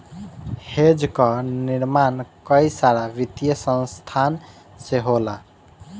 hedge कअ निर्माण कई सारा वित्तीय संसाधन से होला